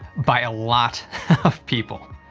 by a lot of people.